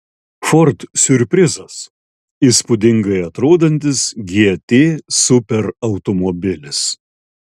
ford siurprizas įspūdingai atrodantis gt superautomobilis